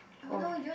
oh